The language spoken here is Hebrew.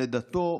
לדתו,